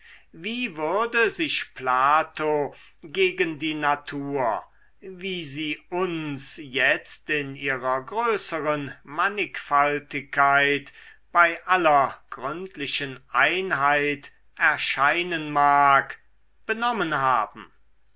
wie würde sich plato gegen die natur wie sie uns jetzt in ihrer größeren mannigfaltigkeit bei aller gründlichen einheit erscheinen mag benommen haben